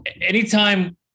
anytime